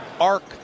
arc